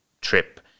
trip